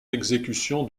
exécution